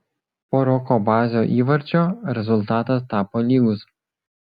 po roko bazio įvarčio rezultatas tapo lygus